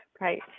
Right